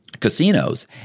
casinos